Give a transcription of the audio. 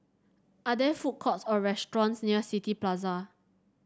are there food courts or restaurants near City Plaza